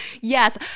Yes